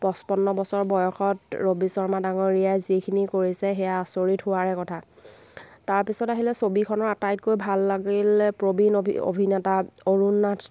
পঁচপন্ন বছৰ বয়সত ৰবি শৰ্মা ডাঙৰীয়াই যিখিনি কৰিছে সেয়া আচৰিত হোৱাৰে কথা তাৰপিছত আহিলে ছবিখনৰ আটাইতকৈ ভাল লাগিলে প্ৰবীণ অভি অভিনেতা অৰুণ নাথ